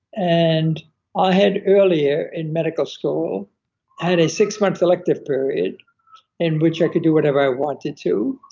and ah i had earlier, in medical school, i had a six-month elective period in which i could do whatever i wanted to,